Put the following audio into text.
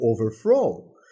overthrow